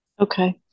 Okay